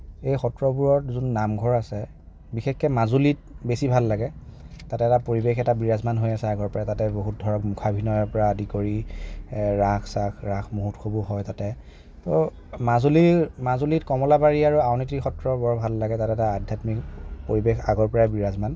এই সত্ৰবোৰত যোন নামঘৰ আছে বিশেষকে মাজুলীত বেছি ভাল লাগে তাত এটা পৰিৱেশ এটা বিৰাজমান হৈ আছে আগৰ পৰাই তাতে বহুত ধৰক মুখাভিনয়ৰ পৰা আদি কৰি ৰাস চাস ৰাস মহোৎসৱো হয় তাতে ত' মাজুলীৰ মাজুলীত কমলাবাৰী আৰু আউনীআটী সত্ৰ বৰ ভাল লাগে তাত এটা আধ্যাত্মিক পৰিৱেশ আগৰ পৰাই বিৰাজমান